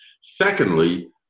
Secondly